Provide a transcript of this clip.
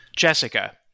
Jessica